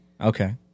okay